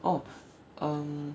oh um